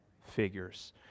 figures